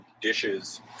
dishes